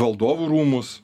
valdovų rūmus